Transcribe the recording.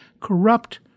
corrupt